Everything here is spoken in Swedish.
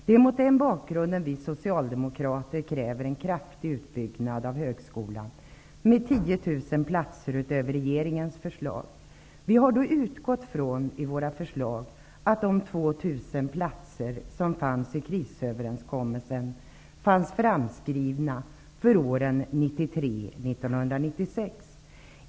Det är mot den bakgrunden som vi socialdemokrater kräver en kraftig utbyggnad av högskolan, med 10 000 platser utöver regeringens förslag. Vi har i våra förslag utgått från att de 2 000 platser som man kom överens om i krisuppgörelsen gällde för åren 1993--1996.